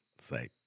say